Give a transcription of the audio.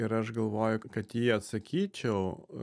ir aš galvoju kad į jį atsakyčiau